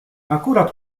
akurat